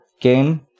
game